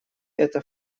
это